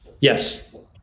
Yes